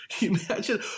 imagine